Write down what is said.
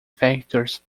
factors